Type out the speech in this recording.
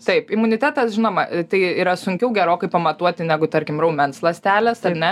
taip imunitetas žinoma tai yra sunkiau gerokai pamatuoti negu tarkim raumens ląsteles ar ne